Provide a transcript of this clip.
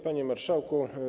Panie Marszałku!